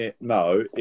No